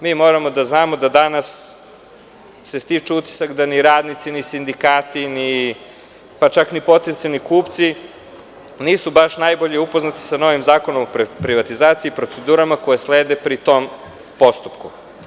Mi moramo da znamo da se danas stiče utisak da ni radnici, ni sindikati, pa čak ni potencijalni kupci nisu baš najbolje upoznati sa novim Zakonom o privatizaciji, procedurama koje slede pri tom postupku.